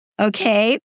Okay